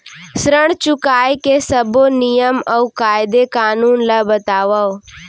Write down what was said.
ऋण चुकाए के सब्बो नियम अऊ कायदे कानून ला बतावव